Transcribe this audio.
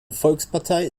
volkspartei